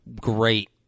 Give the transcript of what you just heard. great